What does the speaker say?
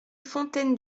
fontaine